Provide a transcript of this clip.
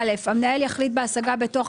(א) המנהל יחליט בהשגה בתוך,